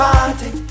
Party